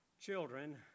children